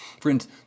Friends